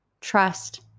trust